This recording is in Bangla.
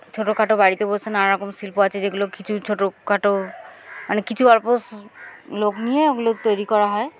ছোট খাটো বাড়িতে বসে নানারকম শিল্প আছে যেগুলো কিছু ছোট খাটো মানে কিছু অল্প লোক নিয়ে ওগুলো তৈরি করা হয়